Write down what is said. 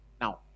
Now